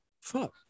fuck